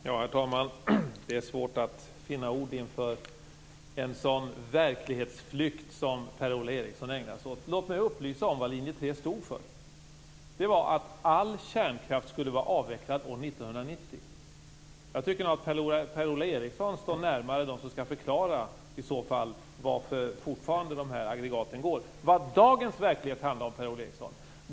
Herr talman! Det är svårt att finna ord inför en sådan verklighetsflykt som Per-Ola Eriksson ägnar sig åt. Låt mig upplysa om vad linje 3 stod för. Det var att all kärnkraft skulle vara avvecklad år 1990. Jag tycker att Per-Ola Eriksson står närmare dem som i så fall skall förklara varför dessa aggregat fortfarande går. Jag skall tala om för Per-Ola Eriksson vad dagens verklighet handlar om.